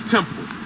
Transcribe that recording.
Temple